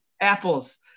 Apples